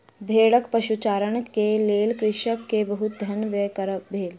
भेड़क पशुचारण के लेल कृषक के बहुत धन व्यय भेल